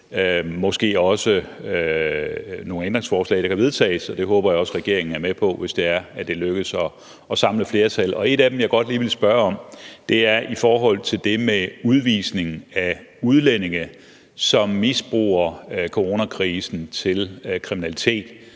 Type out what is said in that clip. måske også nogle ændringsforslag, der kan vedtages. Det håber jeg også regeringen er med på, altså hvis det lykkes at samle flertal. Noget, jeg godt lige vil spørge om, er i forhold til det med udvisning af udlændinge, som misbruger coronakrisen til kriminalitet,